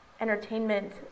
entertainment